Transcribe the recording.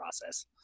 process